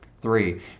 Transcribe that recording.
Three